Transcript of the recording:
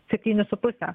septynis su puse